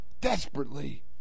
Desperately